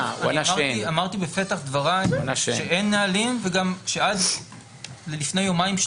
אמרתי בפתח דבריי שאין נהלים וגם שעד לפני יומיים,